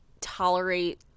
tolerate